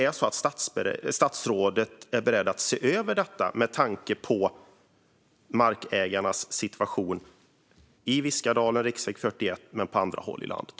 Är statsrådet beredd att se över detta med tanke på markägarnas situation i Viskadalen vid riksväg 41 och också på andra håll i landet?